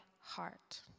heart